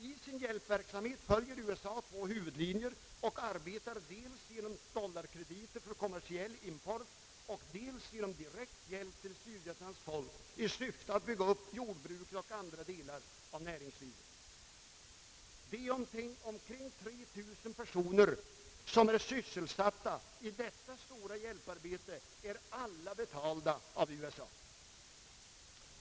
I sin hjälpverksamhet följer USA två huvudlinjer och arbetar dels genom dollarkrediter för kommersiell import och dels genom direkt hjälp till Sydvietnams folk i syfte att bygga upp jordbruket och andra delar av näringslivet. De omkring 3 000 personer som sysselsätts i detta stora hjälparbete är alla betalda av USA.